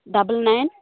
double nine